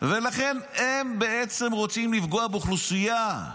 לכן הם בעצם רוצים לפגוע באוכלוסייה.